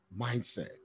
mindset